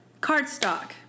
Cardstock